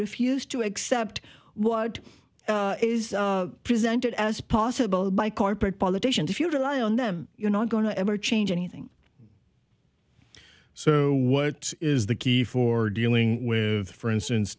refuse to accept what is presented as possible by corporate politicians if you rely on them you're not going to ever change anything so what is the key for dealing with for instance